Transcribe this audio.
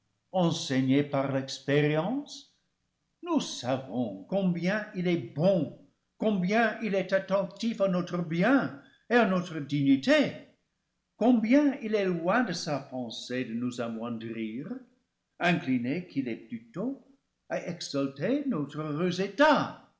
enseignés par l'expérience nous savons com bien il est bon combien il est attentif à notre bien et à notre dignité combien il est loin de sa pensée de nous amoindrir incliné qu'il est plutôt à exalter notre heureux état